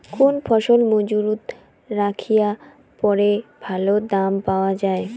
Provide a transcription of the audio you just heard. কোন ফসল মুজুত রাখিয়া পরে ভালো দাম পাওয়া যায়?